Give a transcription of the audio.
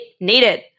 needed